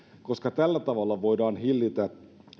koska tällä tavalla voidaan hillitä